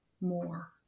more